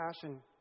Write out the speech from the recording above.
passion